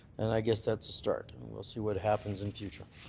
and i guess that's a start. we'll see what happens in future.